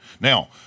Now